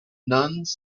nuns